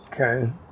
Okay